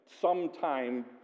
sometime